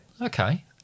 Okay